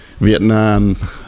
Vietnam